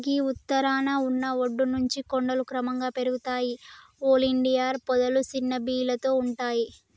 గీ ఉత్తరాన ఉన్న ఒడ్డు నుంచి కొండలు క్రమంగా పెరుగుతాయి ఒలియాండర్ పొదలు సిన్న బీలతో ఉంటాయి